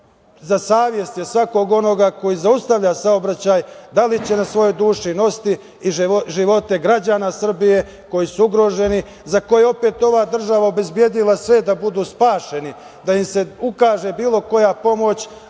za savest je svakog onoga ko zaustavlja saobraćaj da li će na svojoj duši nositi živote građana Srbije koji su ugroženi, za koje je opet ova država obezbedila sve da budu spašeni, da im se ukaže bilo koja pomoć.